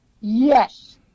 Yes